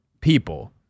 people